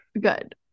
Good